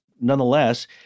nonetheless